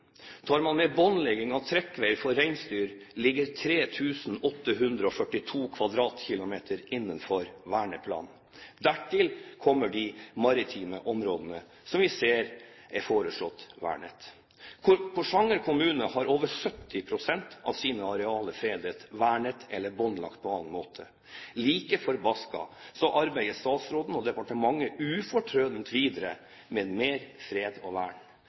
med båndlegging av trekkveier for reinsdyr, ligger 3 842 km2 innenfor verneplanen. Dertil kommer de maritime områdene, som vi ser er foreslått vernet. Porsanger kommune har over 70 pst. av sine arealer fredet, vernet eller båndlagt på annen måte. Like forbaska arbeider statsråden og departementet ufortrødent videre med mer fredning og vern.